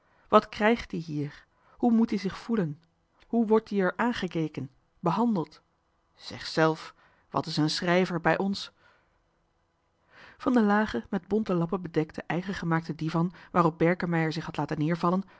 wat krijgt ie hier hoe moet ie zich voelen hoe wordt ie er aangekeken behandeld zeg zèlf wat is een schrijver bij ons van den lagen met bonte lappen bedekten eigen gemaakten divan waarop berkemeier zich had laten neervallen